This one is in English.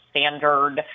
standard